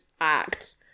act